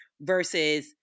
versus